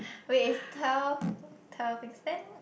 wait it's twelve twelve then